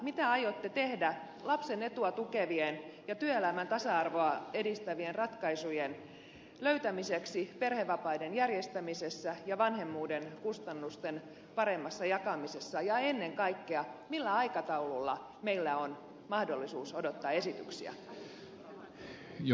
mitä aiotte tehdä lapsen etua tukevien ja työelämän tasa arvoa edistävien ratkaisujen löytämiseksi perhevapaiden järjestämisessä ja vanhemmuuden kustannusten paremmassa jakamisessa ja ennen kaikkea millä aikataululla meillä on mahdollisuus odottaa esityksiä